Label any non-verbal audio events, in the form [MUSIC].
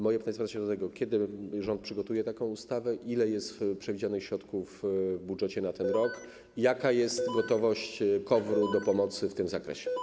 Moje pytanie sprowadza się do tego, kiedy rząd przygotuje taką ustawę, ile jest przewidzianych środków w budżecie na ten rok, [NOISE] jaka jest gotowość KOWR-u do pomocy w tym zakresie.